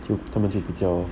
就他们就比较